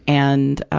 and, ah,